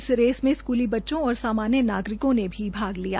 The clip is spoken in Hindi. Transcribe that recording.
इस रेस में स्कूली बच्चों और सामान्य नागरिकों ने भाग लिया